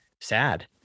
sad